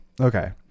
Okay